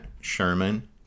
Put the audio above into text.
Sherman